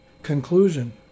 Conclusion